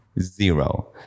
Zero